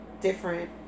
different